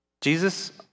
Jesus